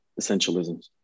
essentialisms